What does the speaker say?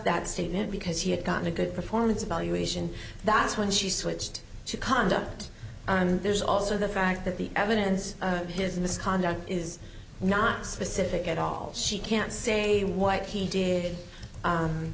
that statement because he had gotten a good performance evaluation that's when she switched to conduct and there's also the fact that the evidence of his misconduct is not specific at all she can't say what he did